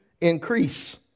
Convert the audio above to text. Increase